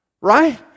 Right